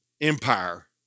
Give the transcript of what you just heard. empire